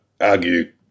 argue